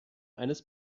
eines